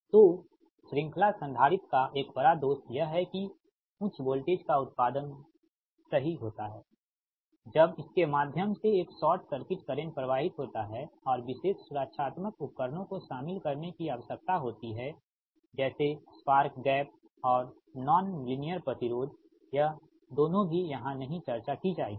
तो श्रृंखला संधारित्र का एक बड़ा दोष यह है कि उच्च वोल्टेज का उत्पादन सही होता है जब इसके माध्यम से एक शॉट सर्किट करेंट प्रवाहित होता है और विशेष सुरक्षात्मक उपकरणों को शामिल करने की आवश्यकता होती है जैसे स्पार्क गैप और नॉन लीनियर प्रतिरोध ये दोनों भी यहां नहीं चर्चा की जाएगी